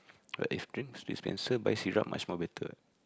but if drinks dispenser by syrup much more better